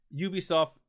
Ubisoft